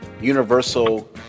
universal